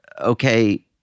okay